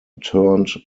turned